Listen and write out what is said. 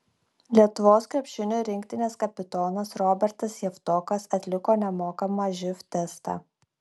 lietuvos krepšinio rinktinės kapitonas robertas javtokas atliko nemokamą živ testą